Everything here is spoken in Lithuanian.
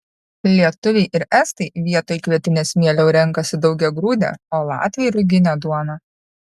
lietuviai ir estai vietoj kvietinės mieliau renkasi daugiagrūdę o latviai ruginę duoną